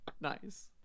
Nice